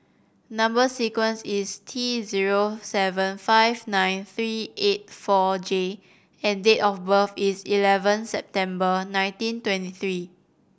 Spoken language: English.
number sequence is T zero seven five nine three eight four J and date of birth is eleven September nineteen twenty three